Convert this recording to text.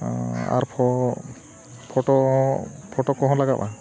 ᱟᱨᱦᱚᱸ photo photo ᱠᱚᱦᱚᱸ ᱞᱟᱜᱟᱜᱼᱟ